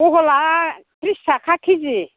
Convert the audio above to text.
बहला त्रिस थाखा के जि